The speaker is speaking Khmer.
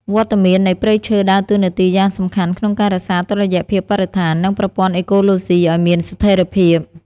វត្តមាននៃព្រៃឈើដើរតួនាទីយ៉ាងសំខាន់ក្នុងការរក្សាតុល្យភាពបរិស្ថាន និងប្រព័ន្ធអេកូឡូស៊ីឱ្យមានស្ថិរភាព។